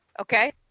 Okay